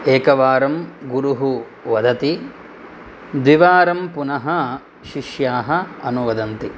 एकवारं गुरुः वदति द्विवारं पुनः शिष्याः अनुवदन्ति